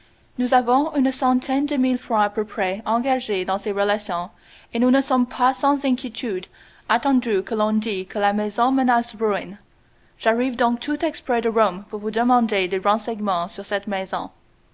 nous avons une centaine de mille francs à peu près engagés dans ces relations et nous ne sommes pas sans inquiétudes attendu que l'on dit que la maison menace ruine j'arrive donc tout exprès de rome pour vous demander des renseignements sur cette maison